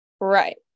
right